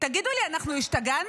תגידו לי, השתגענו?